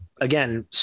again